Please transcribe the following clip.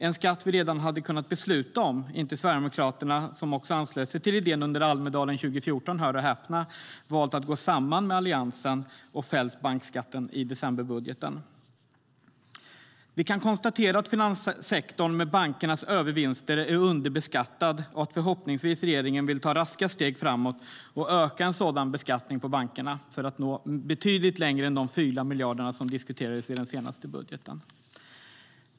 Vi hade redan kunnat besluta om en sådan skatt om inte Sverigedemokraterna, som - hör och häpna - anslöt sig till idén under Almedalen 2014, hade valt att gå samman med Alliansen och fällt bankskatten och budgeten i december. Vi kan konstatera att finanssektorn med bankernas övervinster är underbeskattad och att regeringen förhoppningsvis vill ta raska steg framåt och öka en sådan beskattning på bankerna för att nå betydligt längre än de 4 miljarder som diskuterades i den senaste budgeten.